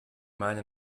meine